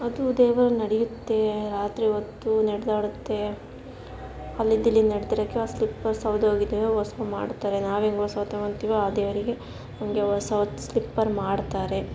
ಅದು ದೇವರು ನಡೀಲಿಕ್ಕೆ ರಾತ್ರಿ ಹೊತ್ತು ನಡೆದಾಡುತ್ತೆ ಅಲ್ಲಿಂದಿಲ್ಲಿಗೆ ನಡ್ದಿರೋಕ್ಕೆ ಆ ಸ್ಲಿಪ್ಪರ್ ಸವ್ದು ಹೋಗಿದೆ ಹೊಸಾದ್ ಮಾಡ್ತಾರೆ ನಾವು ಹೆಂಗ್ ಹೊಸಾದ್ ತಗೊತೀವೋ ಆ ದೇವ್ರಿಗೆ ಹಂಗೇ ಹೊಸ ಸ್ಲಿಪ್ಪರ್ ಮಾಡ್ತಾರೆ